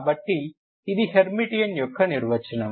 కాబట్టి ఇది హెర్మిటియన్ యొక్క నిర్వచనం